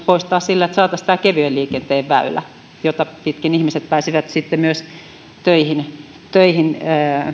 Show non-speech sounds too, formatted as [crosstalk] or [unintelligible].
[unintelligible] poistaa sillä että saataisiin kevyen liikenteen väylä jota pitkin ihmiset pääsisivät sitten myös töihin töihin